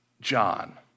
John